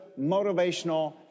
motivational